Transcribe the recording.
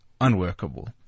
unworkable